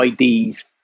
ids